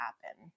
happen